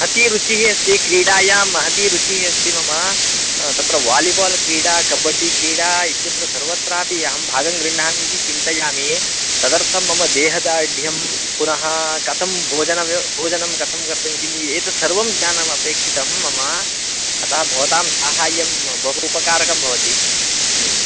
अति रुचिः अस्ति क्रीडायां महती रुचिः अस्ति मम तत्र वालिबाल् क्रीडा कब्बड्डि क्रीडा इत्यत्र सर्वत्रापि अहं भागं गृह्णामि इति चिन्तयामि तदर्थं मम देह दार्ढ्यं पीनः कथं भोजनं व्य भोजनं कथं कर्तुं किम् एतत् सर्वं ज्ञानमपेक्षितं मम अतः भवतां साहायं बहु उपकारकं भवति